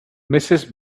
mrs